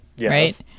right